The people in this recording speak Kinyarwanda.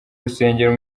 rusengero